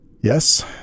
Yes